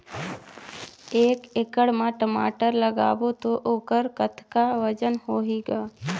एक एकड़ म टमाटर लगाबो तो ओकर कतका वजन होही ग?